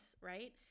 right